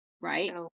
Right